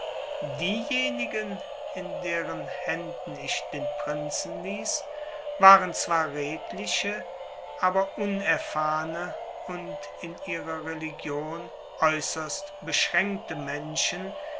diejenigen in deren händen ich den prinzen ließ waren zwar redliche aber unerfahrne und in ihrer religion äußerst beschränkte menschen